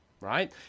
right